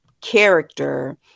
character